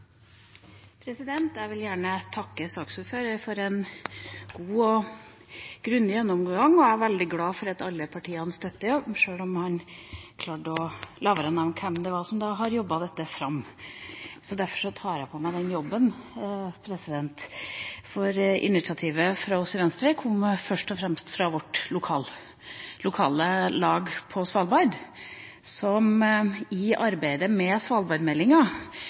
veldig glad for at alle partiene støtter opp – selv om han klarte å la være å nevne hvem som har jobbet dette fram. Derfor tar jeg på meg den jobben, for initiativet fra oss i Venstre kom først og fremst fra vårt lokallag på Svalbard. I arbeidet med svalbardmeldinga